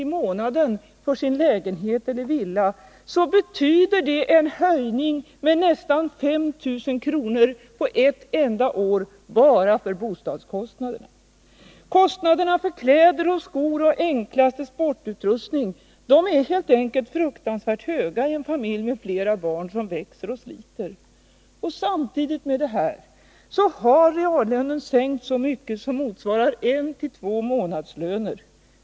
i månaden för sin lägenhet eller villa betyder det en höjning enbart för bostadskostnaderna med nästan 5 000 kr. på ett år. Kostnader för kläder, skor och enklaste sportutrustning är helt enkelt fruktansvärt höga i en familj med flera barn som växer och sliter. Samtidigt har reallönen sänkts så mycket som motsvarar en till två månadslöner.